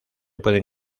pueden